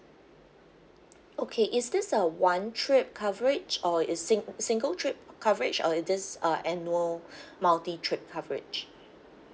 okay is this a one trip coverage or is sing~ single trip coverage or is this uh annual multi trip coverage